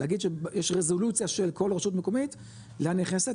להגיד שיש רזולוציה של כל רשות מקומית לאן נכנסת,